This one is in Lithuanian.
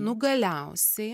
nu galiausiai